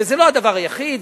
וזה לא הדבר היחיד,